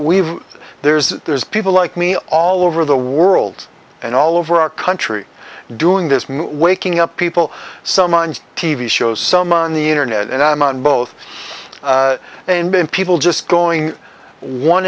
we've there's there's people like me all over the world and all over our country doing this movie waking up people some on t v shows some on the internet and i'm on both and been people just going one